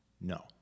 No